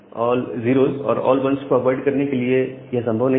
all 0s और all 1s को avoid करने के लिए यह संभव नहीं है